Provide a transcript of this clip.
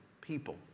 people